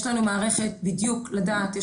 יש לנו מערכת בדיוק לדעת,